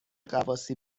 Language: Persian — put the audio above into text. غواصی